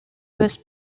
first